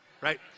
Right